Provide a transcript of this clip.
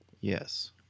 yes